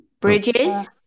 bridges